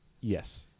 Yes